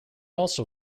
also